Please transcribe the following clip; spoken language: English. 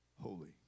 holy